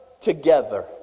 together